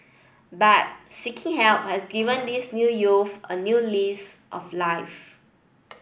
but seeking help has given these new youths a new lease of life